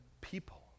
people